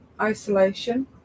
isolation